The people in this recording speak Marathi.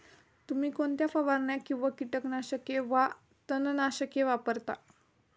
तुम्ही कोणत्या फवारण्या किंवा कीटकनाशके वा तणनाशके वापरता?